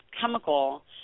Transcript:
chemical